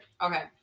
Okay